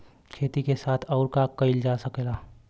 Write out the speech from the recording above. खेती के साथ अउर का कइल जा सकेला?